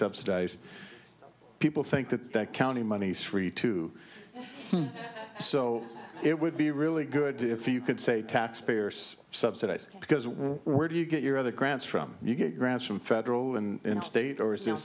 subsidize people think that that county money is free too so it would be really good if you could say taxpayers subsidize because where do you get your other grants from you get grants from federal and state or